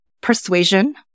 persuasion